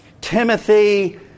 Timothy